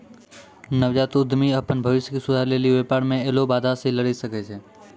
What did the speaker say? नवजात उद्यमि अपन भविष्य के सुधारै लेली व्यापार मे ऐलो बाधा से लरी सकै छै